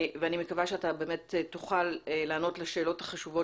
אני מקווה שאתה באמת תוכל לענות לשאלות החשובות